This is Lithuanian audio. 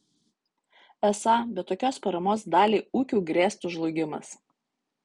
esą be tokios paramos daliai ūkių grėstų žlugimas